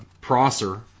Prosser